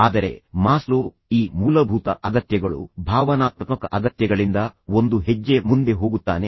ಈಗ ಇದು ಮತ್ತೊಂದು ಕೆಟ್ಟ ವಿಷಯವಾಗಿದೆ ಅವನು ಪ್ರೀತಿಯನ್ನು ತೋರಿಸುವ ವಿವೇಚನಾರಹಿತ ಮಾರ್ಗಕ್ಕಾಗಿ ಅವನನ್ನು ದೂಷಿಸುತ್ತಿದ್ದಾನೆ